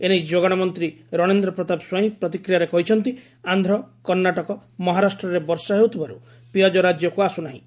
ଏ ନେଇ ଯୋଗାଣ ମନ୍ତୀ ରଣେନ୍ର ପ୍ରତାପ ସ୍ୱାଇଁ ପ୍ରତିକ୍ରିୟାରେ କହିଛନ୍ତି ଆନ୍ଧ କର୍ଷାଟକ ମହାରାଷ୍ଟରେ ବର୍ଷା ହେଉଥିବାରୁ ପିଆଜ ରାଜ୍ୟକୁ ଆସୁନାହିଁ